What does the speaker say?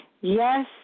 Yes